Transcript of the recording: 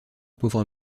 pauvre